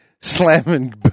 slamming